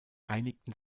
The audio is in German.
einigten